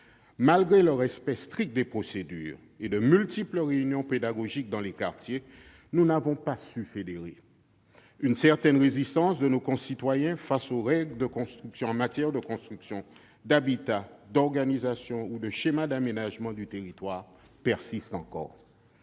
Malgré le respect strict des procédures et de multiples réunions pédagogiques dans les quartiers, nous n'avons pas su fédérer. Une certaine résistance de nos concitoyens persiste face aux règles en matière de construction, d'habitat, d'organisation et de schéma d'aménagement du territoire.